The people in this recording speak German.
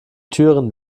türen